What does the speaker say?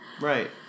Right